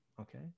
Okay